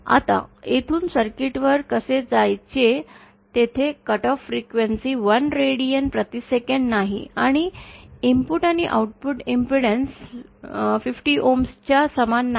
आता येथून सर्किटवर कसे जायचे जेथे कट ऑफ वारंवारता 1 रेडियन प्रति सेकंद नाही आणि इनपुट आणि output impedance input output impedance 50ohms च्या समान नाहीत